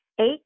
Eight